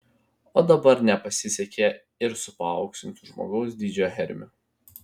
o dabar nepasisekė ir su paauksintu žmogaus dydžio hermiu